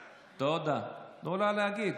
תנו לה להגיד.